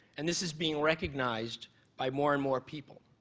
and this is being recognized by more and more people.